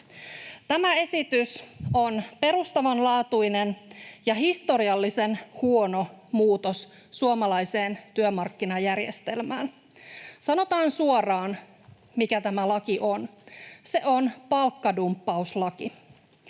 Tämä esitys on perustavanlaatuinen ja historiallisen huono muutos suomalaiseen työmarkkinajärjestelmään. Sanotaan suoraan, mikä tämä laki on: se on palkkadumppauslaki.